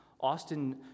Austin